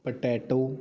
potato